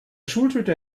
schultüte